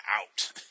out